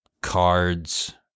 cards